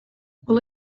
will